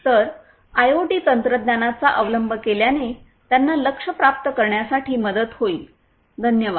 तर आयओटी तंत्रज्ञानाचा अवलंब केल्याने त्यांना लक्ष्य प्राप्त करण्यासाठी मदत होईल धन्यवाद